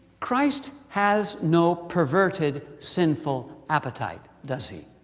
christ has no perverted, sinful appetite, does he?